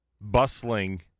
bustling